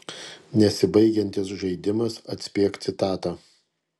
nesibaigiantis žaidimas atspėk citatą